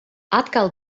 atkal